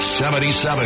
77